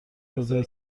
شده